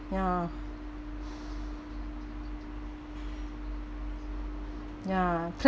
ya ya